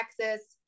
Texas